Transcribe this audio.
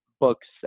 Books